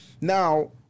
now